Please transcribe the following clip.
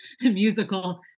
musical